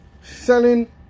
selling